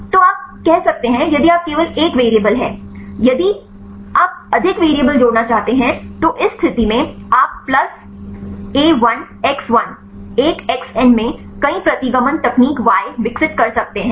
तो आप कर सकते हैं यदि आप केवल एक वेरिएबल है यदि आप अधिक वेरिएबल्स जोड़ना चाहते हैं तो इस स्थिति में आप प्लस a 1 x 1 x के बराबर एक xn में कई प्रतिगमन तकनीक y विकसित कर सकते हैं